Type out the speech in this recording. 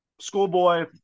schoolboy